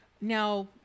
Now